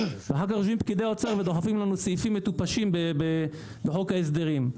ואחר כך יושבים פקידי האוצר ודוחפים לנו סעיפים מטופשים בחוק ההסדרים.